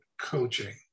coaching